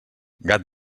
gat